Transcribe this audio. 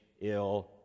ill